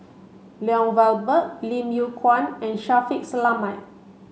Lloyd Valberg Lim Yew Kuan and Shaffiq Selamat